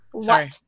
Sorry